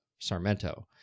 sarmento